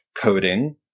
coding